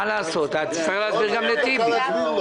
תצטרך להסביר גם לטיבי.